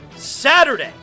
Saturday